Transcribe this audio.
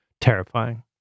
terrifying